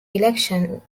election